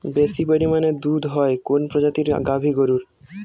বেশি পরিমানে দুধ হয় কোন প্রজাতির গাভি গরুর?